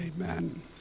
amen